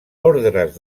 ordres